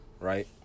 right